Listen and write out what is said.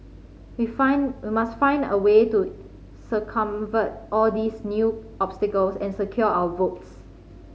we find we must find a way to circumvent all these new obstacles and secure our votes